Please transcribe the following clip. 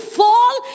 fall